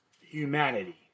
humanity